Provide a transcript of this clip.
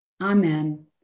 Amen